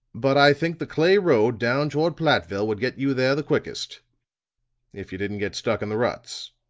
but i think the clay road down toward plattville would get you there the quickest if you didn't get stuck in the ruts.